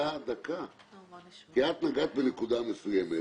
כי את נגעת בנקודה מסוימת,